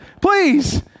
please